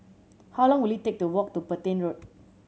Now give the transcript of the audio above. how long will it take to walk to Petain Road